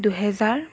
দুহেজাৰ